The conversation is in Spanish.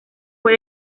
fue